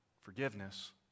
forgiveness